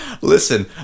Listen